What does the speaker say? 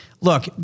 look